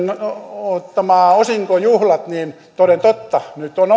ottamat osinkojuhlat toden totta nyt on